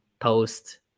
post